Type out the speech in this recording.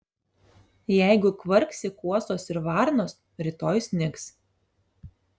jeigu kvarksi kuosos ir varnos rytoj snigs